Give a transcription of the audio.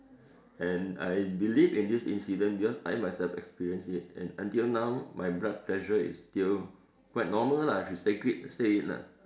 and I believe in this incident because I myself experienced it and until now my blood pressure is still quite normal lah I should say it say it lah